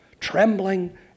trembling